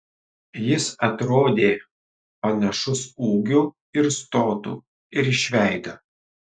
jis atrodė panašus ūgiu ir stotu ir iš veido